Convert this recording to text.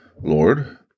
Lord